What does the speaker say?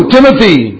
Timothy